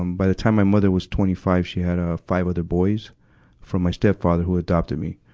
um by the time my mother was twenty five, she had, ah, five other boys from my stepfather, who adopted me.